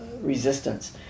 resistance